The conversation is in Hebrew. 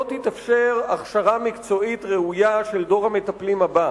לא תתאפשר הכשרה מקצועית ראויה של דור המטפלים הבא.